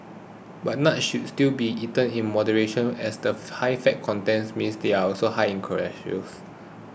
but nuts should still be eaten in moderation as the high fat content means they are also high in calories